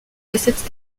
facettes